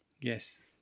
Yes